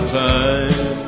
time